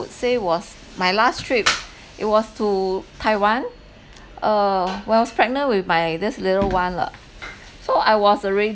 say was my last trip it was to taiwan uh when I was pregnant with my this little one lah so I was already